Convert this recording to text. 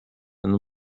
and